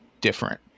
different